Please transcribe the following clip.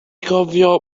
gofio